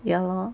ya lor